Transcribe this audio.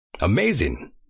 Amazing